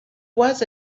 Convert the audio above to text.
was